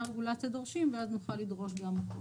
רגולציה דורשים ואז נוכל לדרוש גם פה.